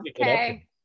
okay